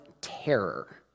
terror